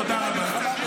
תודה רבה.